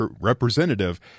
representative